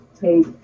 take